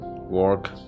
work